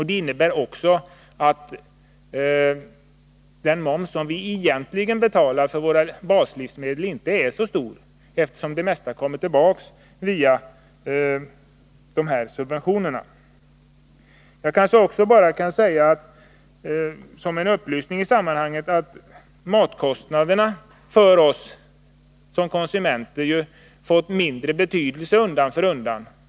Den moms som vi egentligen betalar för våra baslivsmedel är inte heller så stor, eftersom det mesta kommer tillbaka via subventionerna. Som en upplysning kan jag också nämna att matkostnaderna för oss som konsumenter fått mindre betydelse undan för undan.